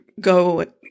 go